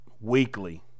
weekly